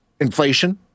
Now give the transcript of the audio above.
inflation